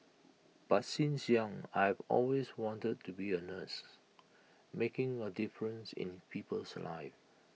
but since young I have always wanted to be A nurse making A difference in people's lives